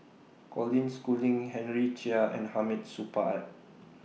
Colin Schooling Henry Chia and Hamid Supaat